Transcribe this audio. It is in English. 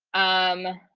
i'm